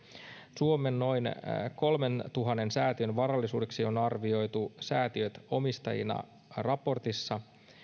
suomen noin kolmentuhannen säätiön varallisuudeksi on arvioitu säätiöt omistajina raportissa